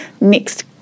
next